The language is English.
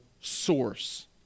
source